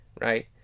right